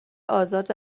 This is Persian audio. آزاد